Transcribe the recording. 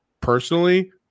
Personally